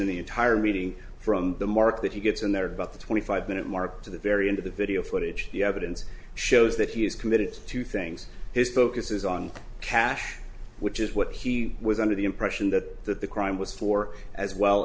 of the entire meeting from the mark that he gets in there about the twenty five minute mark to the very end of the video footage the evidence shows that he is committed to things his focus is on cash which is what he was under the impression that that the crime was for as well